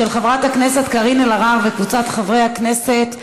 של חברת הכנסת קארין אלהרר וקבוצת חברי הכנסת.